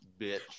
Bitch